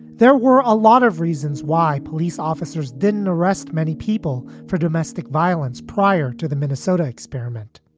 there were a lot of reasons why police officers didn't arrest many people for domestic violence prior to the minnesota experiment.